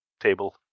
table